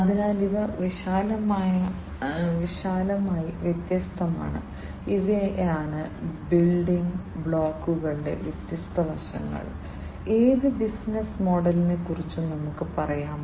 അതിനാൽ ഇവ വിശാലമായി വ്യത്യസ്തമാണ് ഇവയാണ് ബിൽഡിംഗ് ബ്ലോക്കുകളുടെ വ്യത്യസ്ത വശങ്ങൾ ഏത് ബിസിനസ്സ് മോഡലിനെക്കുറിച്ചും നമുക്ക് പറയാം